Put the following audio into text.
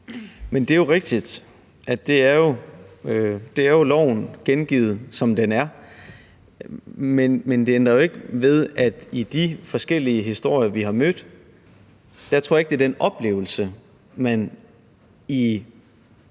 Det er jo rigtigt, at det er loven gengivet, som den er. Men det ændrer jo ikke ved, at jeg i forbindelse med de forskellige historier, vi har mødt, ikke tror, det er den oplevelse, man hos